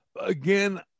Again